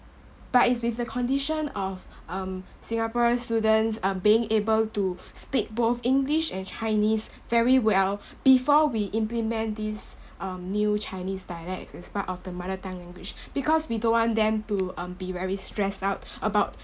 but is with the condition of um singaporean students are being able to speak both english and chinese very well before we implement this um new chinese dialects despite of the mother tongue language because we don't want them to um be very stress out about